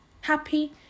Happy